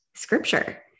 scripture